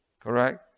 Correct